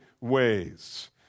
ways